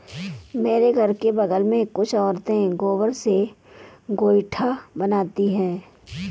मेरे घर के बगल में कुछ औरतें गोबर से गोइठा बनाती है